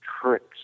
tricks